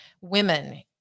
women